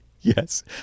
yes